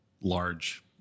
large